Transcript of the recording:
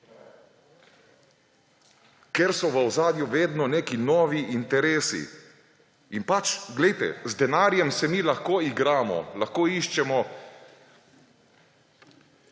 Ker so v ozadju vedno neki novi interesi! Pač, poglejte, z denarjem se mi lahko igramo, lahko iščemo,